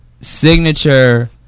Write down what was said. signature